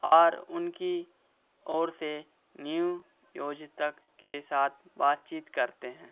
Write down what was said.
और उनकी ओर से न्यू योजितक के साथ बातचीत करते हैं